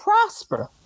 prosper